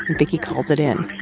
vicky calls it in